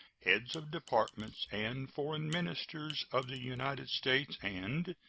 heads of departments, and foreign ministers of the united states and